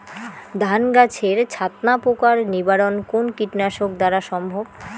ধান গাছের ছাতনা পোকার নিবারণ কোন কীটনাশক দ্বারা সম্ভব?